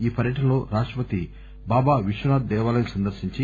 ఈ పర్యటనలో రాష్టపతి బాబా విశ్వనాథ్ దేవాలయం సందర్శించి